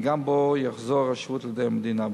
וגם בו יחזור השירות לידי המדינה.